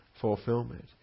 fulfillment